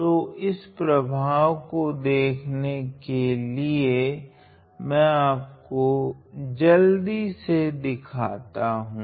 तो इस प्रभाव को देखने के लिए मैं आपको जल्दी से यह दिखाता हूँ